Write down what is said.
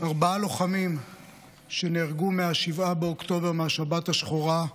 ארבעה לוחמים שנהרגו מ-7 באוקטובר, מהשבת השחורה,